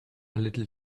little